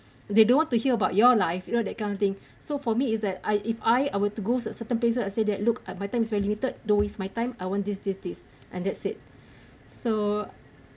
they don't want to hear about your life you know that kind of thing so for me is that I if I I were to go cer~ certain places I say that look ah my time is very limited don't waste my time I want this this this and that's it so